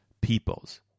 peoples